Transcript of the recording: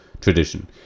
tradition